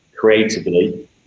creatively